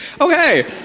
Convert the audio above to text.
Okay